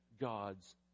God's